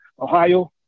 Ohio